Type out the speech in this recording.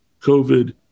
COVID